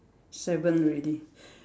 seven already